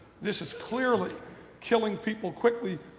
this is clearly kill and people quickly.